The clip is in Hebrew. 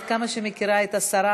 עד כמה שאני מכירה את השרה,